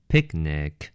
Picnic